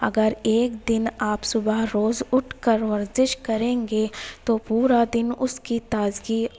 اگر ایک دن آپ صبح روز اٹھ کر ورزش کریں گے تو پورا دن اس کی تازگی